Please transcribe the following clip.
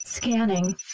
Scanning